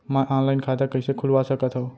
मैं ऑनलाइन खाता कइसे खुलवा सकत हव?